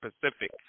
Pacific